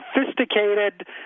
sophisticated